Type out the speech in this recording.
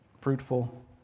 fruitful